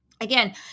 Again